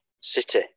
city